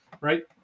right